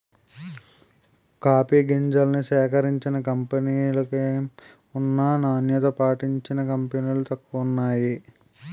coffee గింజల్ని సేకరించిన కంపినీలనేకం ఉన్నా నాణ్యత పాటించిన కంపినీలు తక్కువే వున్నాయి